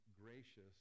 gracious